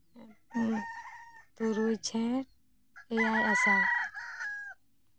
ᱛᱩᱨᱩᱭ ᱡᱷᱮᱸᱴ ᱮᱭᱟᱭ ᱟᱥᱟᱲ